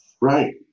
Right